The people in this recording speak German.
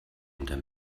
hinter